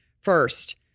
First